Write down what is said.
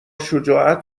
شجاعت